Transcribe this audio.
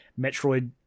Metroid